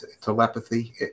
Telepathy